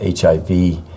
HIV